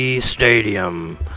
Stadium